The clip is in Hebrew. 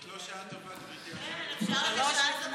זאת לא שעה טובה, גברתי היושבת-ראש.